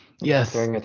yes